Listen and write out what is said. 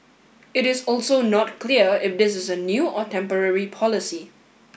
it is also not clear if this is a new or temporary policy